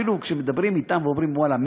אפילו כשאתם מדברים ואומרים: ואללה,